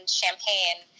champagne